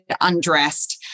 Undressed